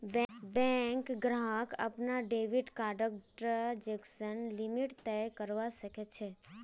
bank ग्राहक अपनार debit कार्डर ट्रांजेक्शन लिमिट तय करवा सख छ